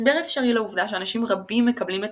הסבר אפשרי לעובדה שאנשים רבים מקבלים את